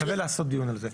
שווה לעשות דיון על זה,